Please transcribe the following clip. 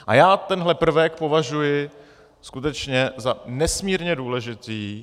A já tenhle prvek považuji skutečně za nesmírně důležitý.